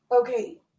okay